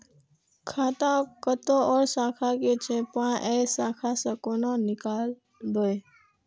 खाता कतौ और शाखा के छै पाय ऐ शाखा से कोना नीकालबै?